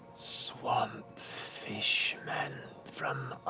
swamp fishmen from